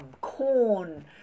corn